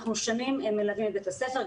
אנחנו שנים מלווים את בית הספר.